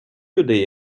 людей